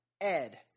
Ed